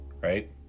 right